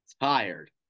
Tired